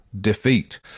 defeat